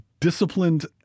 Disciplined